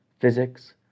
physics